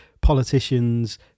politicians